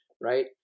Right